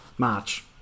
March